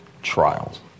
trials